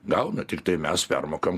gauna tiktai mes permokam